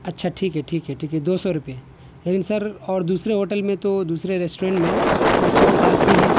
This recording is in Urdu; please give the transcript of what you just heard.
اچھا ٹھیک ہے ٹھیک ہے ٹھیک ہے دو سو روپئے ہے لیکن سر اور دوسرے ہوٹل میں تو دوسرے ریسٹورنٹ میں ایک سو پچاس بھی ہیں